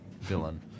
villain